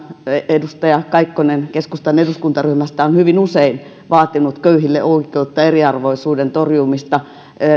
edustaja kaikkonen keskustan eduskuntaryhmästä on hyvin usein vaatinut köyhille oikeutta eriarvoisuuden torjumista